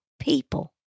people